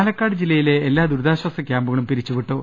പലക്കാട് ജില്ലയിലെ എല്ലാ ദുരിതാശ്വാസ ക്യാമ്പുകളും പിരിച്ചുവിട്ടു